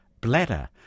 bladder